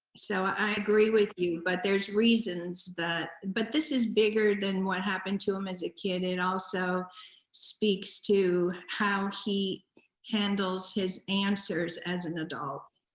so, i agree with you, but there's reasons that, but this is bigger than what happened to him as a kid. it also speaks to how he handles his answers as an adult.